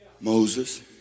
Moses